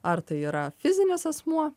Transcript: ar tai yra fizinis asmuo